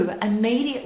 immediately